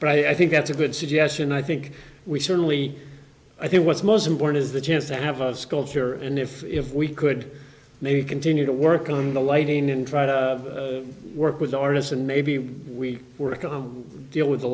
but i think that's a good suggestion i think we certainly i think what's most important is the chance to have a sculpture and if if we could maybe continue to work on the lighting and try to work with the artist and maybe if we were going to deal with the